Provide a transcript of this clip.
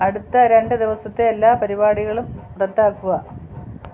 അടുത്ത രണ്ട് ദിവസത്തെ എല്ലാ പരിപാടികളും റദ്ദാക്കുക